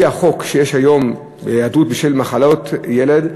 לפי החוק היום היעדרות בשל מחלת ילד,